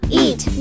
eat